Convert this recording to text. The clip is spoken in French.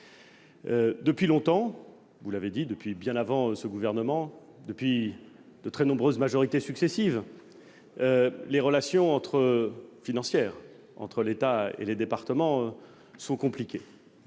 Depuis longtemps- vous l'avez dit -, depuis bien avant la nomination de ce gouvernement, sous de très nombreuses majorités successives, les relations financières entre l'État et les départements sont compliquées.